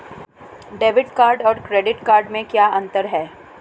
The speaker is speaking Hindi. डेबिट कार्ड और क्रेडिट कार्ड में क्या अंतर है?